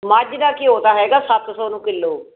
ਮੱਝ ਦਾ ਘਿਓ ਤਾਂ ਹੈਗਾ ਸੱਤ ਸੌ ਨੂੰ ਕਿਲੋ